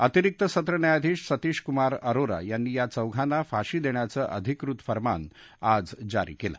अतिरिक्त सत्र न्यायाधीश सतीश कुमार अरोरा यांनी या चौघांना फाशी देण्याचं अधिकृत फर्मान आज जारी केलं